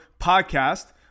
Podcast